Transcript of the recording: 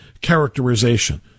characterization